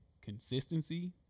consistency